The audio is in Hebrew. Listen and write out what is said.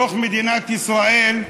בתוך מדינת ישראל,